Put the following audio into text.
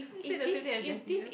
say the same thing as Jaslyn